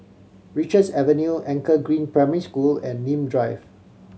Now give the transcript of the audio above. Richards Avenue Anchor Green Primary School and Nim Drive